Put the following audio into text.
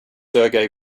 sergei